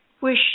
wish